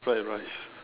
fried rice